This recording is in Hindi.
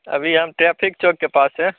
अभी हम ट्रैफिक चौक के पास हैं